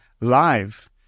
live